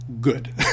Good